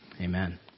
Amen